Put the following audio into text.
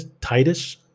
Titus